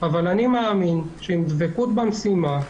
אבל אני מאמין שעם דבקות במשימה,